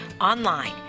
online